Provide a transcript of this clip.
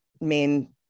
main